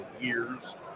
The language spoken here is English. years